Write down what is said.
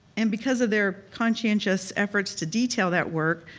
and because of their conscientious efforts to detail that work,